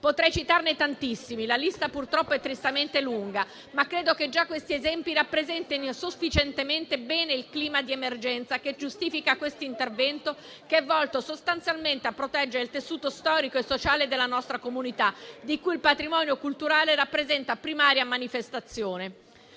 Potrei citarne tantissimi, la lista purtroppo è tristemente lunga, ma credo che già questi esempi rappresentino sufficientemente bene il clima di emergenza che giustifica questo intervento che è volto sostanzialmente a proteggere il tessuto storico e sociale della nostra comunità di cui il patrimonio culturale rappresenta primaria manifestazione.